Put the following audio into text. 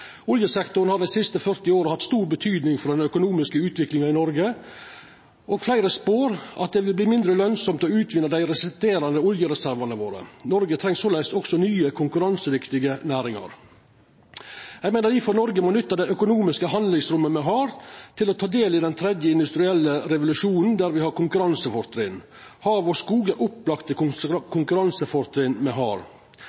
Oljesektoren har dei siste 40 åra hatt stor betydning for den økonomiske utviklinga i Noreg, og fleire spår at det vil verta mindre lønsamt å utvinna dei resterande oljereservane våre. Noreg treng såleis også nye konkurransedyktige næringar. Eg meiner difor Noreg må nytta det økonomiske handlingsrommet me har til å ta del i den tredje industrielle revolusjonen der me har konkurransefortrinn. Hav og skog er